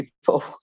people